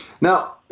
Now